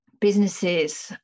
businesses